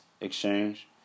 Exchange